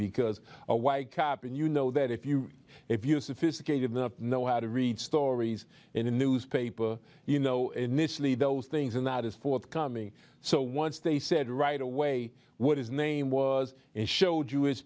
because a white cop and you know that if you if you sophisticated enough know how to read stories in the newspaper you know initially those things and that is forthcoming so once they said right away what his name was and show